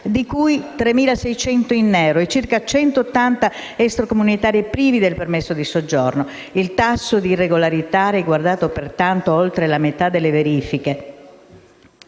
di cui 3.600 in nero e circa 180 extracomunitari privi del permesso di soggiorno. Il tasso di irregolarità ha riguardato oltre la metà delle verifiche.